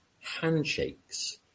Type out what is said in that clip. handshakes